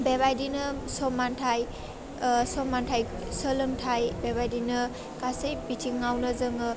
बेबायदिनो समान्थाइ समानथाइ सोलोंथाइ बेबायदिनो गासै बिथिङावनो जोङो